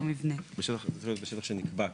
מבנה." זה צריך להיות "בשטח שנקבע כאמור"